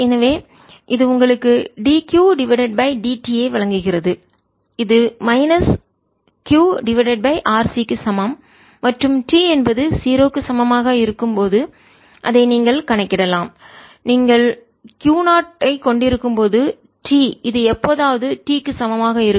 எனவே இது உங்களுக்கு dQ டிவைடட் பை dt ஐ வழங்குகிறது இது minus Q divided by RC க்கு சமம் மற்றும் t என்பது 0 க்கு சமமாக இருக்கும் போது அதை நீங்கள் கணக்கிடலாம் நீங்கள் Q 0 ஐ கொண்டிருக்கும்போது t இது எப்போதாவது t க்கு சமமாக இருக்கும்